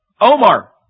Omar